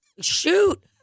shoot